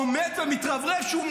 עומד ומתרברב שהוא,